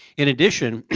in addition,